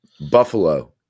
Buffalo